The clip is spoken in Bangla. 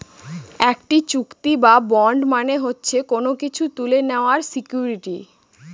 একটি চুক্তি বা বন্ড মানে হচ্ছে কোনো কিছু তুলে নেওয়ার সিকুইরিটি